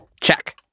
Check